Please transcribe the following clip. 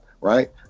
right